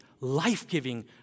life-giving